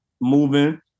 moving